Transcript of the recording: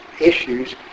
issues